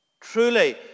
Truly